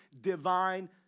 divine